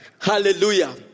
Hallelujah